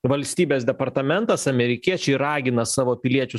valstybės departamentas amerikiečiai ragina savo piliečius